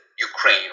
Ukraine